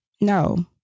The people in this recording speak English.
No